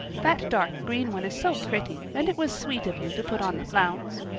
that dark-green one is so pretty and it was sweet of you to put on the flounce.